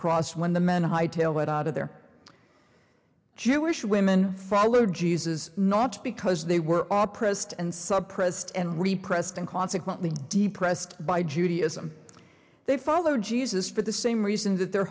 cross when the men high tail it out of their jewish women followed jesus not because they were all pressed and suppressed and repressed and consequently d pressed by judaism they follow jesus for the same reason that their